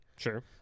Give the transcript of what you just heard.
Sure